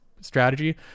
strategy